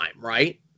right